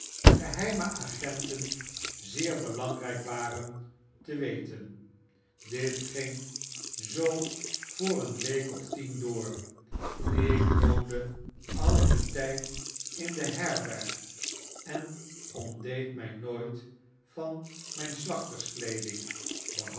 geheime agenten zeer belangryk waren te weten dit ging zoo voor een week of tien door ik woonde al dien tyd in de herberg en ontdeed my nooit van myn slachterskleeding behalve